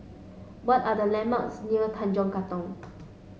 what are the landmarks near Tanjong Katong